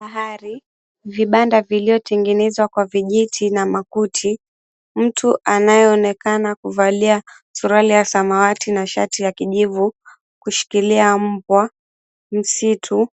Bahari, vibanda viliyotengenezwa kwa vijiti na makuti mtu anayeonekana kuvalia suruali ya samawati na shati ya kijivu kushikilia mbwa, msitu,